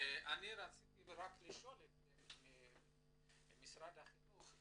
אני רציתי רק לשאול את משרד החינוך.